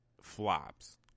flops